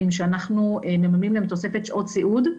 שאנחנו מממנים להם תוספת שעות סיעוד,